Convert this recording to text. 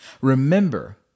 Remember